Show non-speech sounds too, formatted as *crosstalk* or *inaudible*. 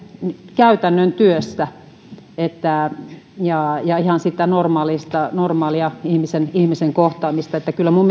käytännön työstä ja ja ihan siitä normaalista ihmisen ihmisen kohtaamisesta niin että kyllä minun *unintelligible*